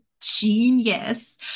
genius